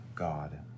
God